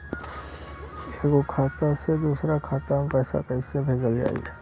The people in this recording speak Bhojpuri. एगो खाता से दूसरा खाता मे पैसा कइसे भेजल जाई?